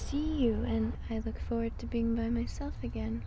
you and i look forward to being my myself again